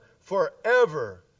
forever